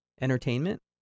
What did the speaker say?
entertainment